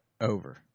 Over